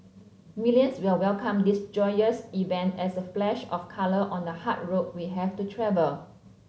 millions will welcome this joyous event as a flash of colour on the hard road we have to travel